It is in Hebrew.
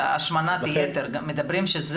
אורלי, אני רוצה להזכיר לך את השמנת יתר.